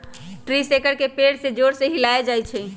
tree shaker से पेड़ के जोर से हिलाएल जाई छई